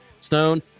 Stone